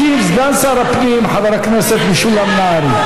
ישיב סגן שר הפנים חבר הכנסת משולם נהרי.